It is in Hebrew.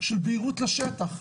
של בהירות לשטח.